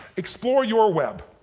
explore your web,